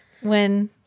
when-